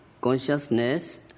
consciousness